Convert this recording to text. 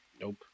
Nope